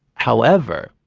however,